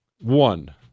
One